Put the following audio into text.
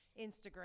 Instagram